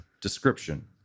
Description